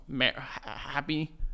happy